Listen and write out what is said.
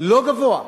לא גבוהה,